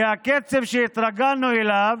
כי הקצב שהתרגלנו אליו